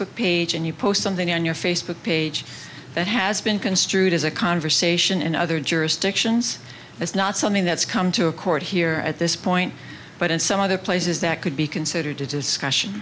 k page and you post something on your facebook page that has been construed as a conversation in other jurisdictions it's not something that's come to a court here at this point but in some other places that could be considered a discussion